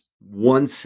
one